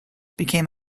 became